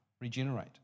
regenerate